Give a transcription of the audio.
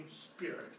spirit